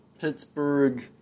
Pittsburgh